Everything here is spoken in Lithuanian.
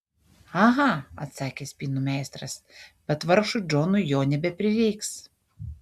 aha atsakė spynų meistras bet vargšui džonui jo nebeprireiks